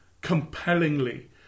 compellingly